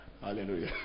Hallelujah